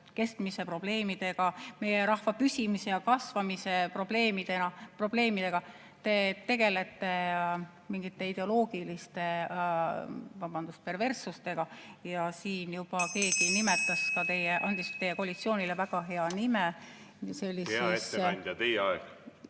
kestmise probleemidega, meie rahva püsimise ja kasvamise probleemidega, te tegelete mingite ideoloogiliste – vabandust! – perverssustega. (Juhataja helistab kella.) Siin juba keegi andis teie koalitsioonile väga hea nime. Hea ettekandja, teie aeg!